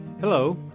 Hello